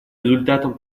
результатом